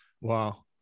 wow